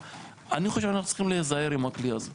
אני חושב שאנחנו צריכים להיזהר עם הכלי הזה,